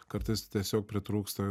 kartais tiesiog pritrūksta